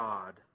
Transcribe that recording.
God